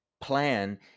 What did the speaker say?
plan